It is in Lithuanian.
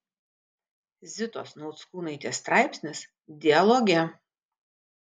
zitos nauckūnaitės straipsnis dialoge